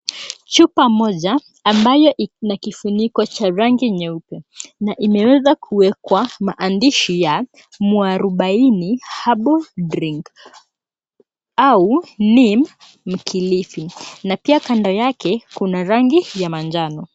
Chupa iliyo na kifuniko ya rangi nyeupe, na maandishi ya 'Mwarubaini cs[herbal drink]'cs au mkilifi, kando yake kuna rangi ya manjano.